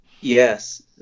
Yes